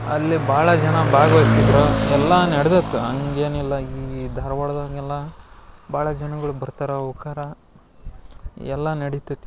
ಅಲ್ಲಿ ಭಾಳ ಜನ ಭಾಗ್ವಹಿಸಿದ್ರು ಎಲ್ಲ ನಡೆದಿತ್ತು ಹಂಗೇನಿಲ್ಲ ಈ ಧಾರ್ವಾಡ್ದಾಗ ಎಲ್ಲ ಭಾಳ ಜನಗಳು ಬರ್ತಾರೆ ಹೋಕಾರ ಎಲ್ಲ ನಡಿತೈತಿ